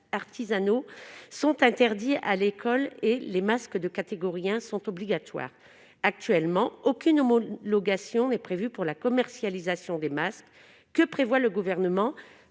est interdit à l'école et les masques de catégorie 1 sont obligatoires. Actuellement, aucune homologation n'est prévue pour la commercialisation des masques. Que prévoit le Gouvernement